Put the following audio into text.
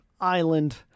Island